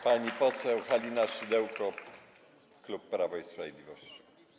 Pani poseł Halina Szydełko, klub Prawo i Sprawiedliwość.